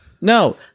No